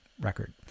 record